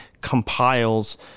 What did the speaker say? compiles